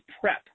prep